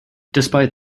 despite